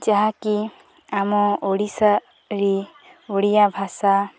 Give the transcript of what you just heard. ଯାହାକି ଆମ ଓଡ଼ିଶାରେ ଓଡ଼ିଆ ଭାଷା